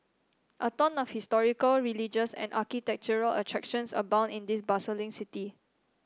a ton of historical religious and architectural attractions abound in this bustling city